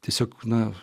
tiesiog na